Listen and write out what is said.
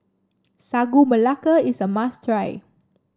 Sagu Melaka is a must try